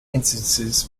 instances